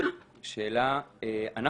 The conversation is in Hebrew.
אנחנו